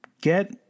Get